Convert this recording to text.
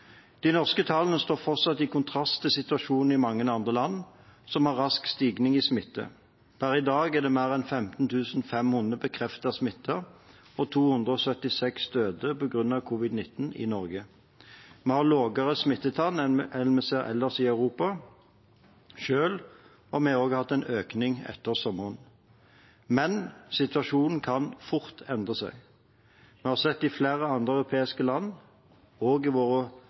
De norske tallene står fortsatt i kontrast til situasjonen i mange andre land, som har rask stigning i smitte. Per i dag er mer enn 15 500 bekreftet smittet, og 276 er døde på grunn av covid-19 i Norge. Vi har lavere smittetall enn vi ser ellers i Europa, selv om vi også har hatt en økning etter sommeren. Men situasjonen kan fort endre seg. Vi har sett i flere andre europeiske land og